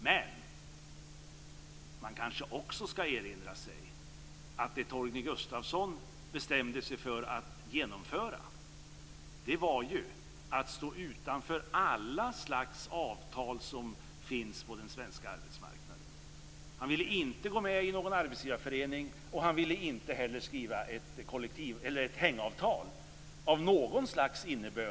Men man kanske också skall erinra sig att det Torgny Gustafsson bestämde sig för att genomföra var att stå utanför alla slags avtal som finns på den svenska arbetsmarknaden. Han ville inte gå med i någon arbetsgivarförening, och han ville inte heller skriva ett hängavtal av något slag.